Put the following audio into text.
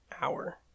hour